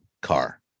car